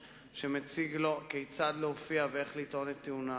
שמציגים לו כיצד להופיע ואיך לטעון את טיעוניו,